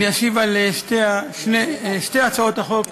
אני אשיב על שתי הצעות החוק ביחד.